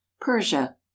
PERSIA